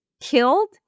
killed